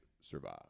survive